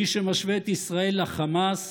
מי שמשווה את ישראל לחמאס,